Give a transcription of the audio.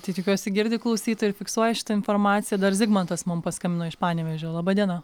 tai tikiuosi girdi klausytoja ir fiksuoja šitą informaciją dar zigmantas mum paskambino iš panevėžio laba diena